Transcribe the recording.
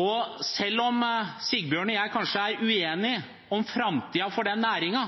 Og selv om Sigbjørn og jeg kanskje er uenige om framtiden for den